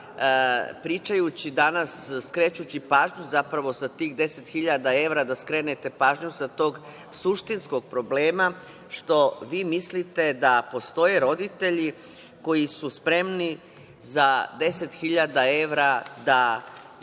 pričajući danas, skrećući pažnju zapravo sa tih deset hiljada evra, da skrenete pažnju sa tog suštinskog problema što vi mislite da postoje roditelji koji su spremni za deset hiljada evra da